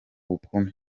bukumi